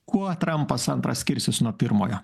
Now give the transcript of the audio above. kuo trampas antras skirsis nuo pirmojo